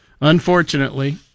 Unfortunately